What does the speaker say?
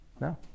no